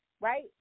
right